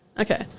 Okay